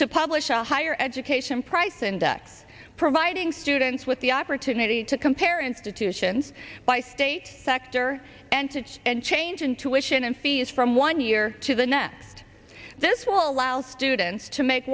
to publish a higher education price index providing students with the opportunity to compare institutions by state sector entities and change intuition and fees from one year to the next this will allow students to make